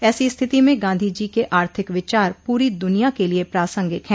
ऐसी स्थिति में गांधी जी के आर्थिक विचार पूरी दुनिया के लिए प्रासांगिक है